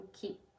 keep